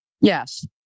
Yes